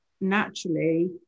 naturally